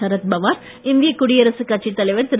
சரத்பவார் இந்திய குடியரசுக் கட்சித் தலைவர் திரு